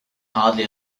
hardly